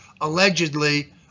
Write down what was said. allegedly